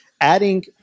adding